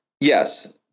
Yes